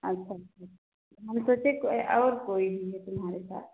अच्छा अच्छा हम सोचे कोई और कोई भी है तुम्हारे साथ